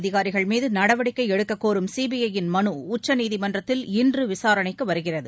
அதிகாரிகள்மீது நடவடிக்கை எடுக்கக்கோரும் சிபிற யின் மனு உச்சநீதிமன்றத்தில் இன்று விசாரணைக்கு வருகிறது